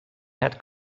had